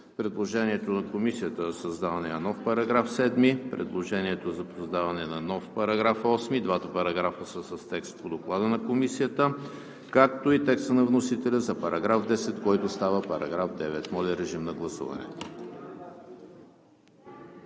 предложението на Комисията за създаване на нов § 7; предложението за създаване на нов § 8 – и двата параграфа са с текст по Доклада на Комисията; както и текста на вносителя за § 10, който става § 9. Моля, режим на гласуване.